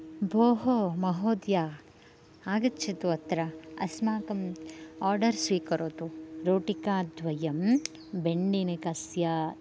भोः महोदय आगच्छतु अत्र अस्माकम् ओर्डर् स्वीकरोतु रोटिकाद्वयं वेण्णनिकस्य